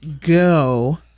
go